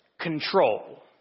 control